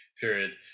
period